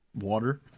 water